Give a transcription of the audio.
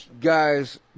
guys